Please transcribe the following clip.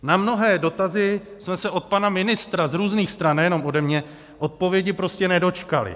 Na mnohé dotazy jsme se od pana ministra z různých stran, nejenom ode mě, odpovědi prostě nedočkali.